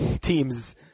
Teams